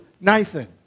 Nathan